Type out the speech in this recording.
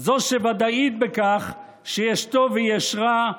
זו שוודאית בכך שיש טוב ויש רע,